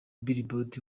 billboard